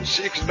six